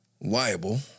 liable